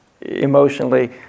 emotionally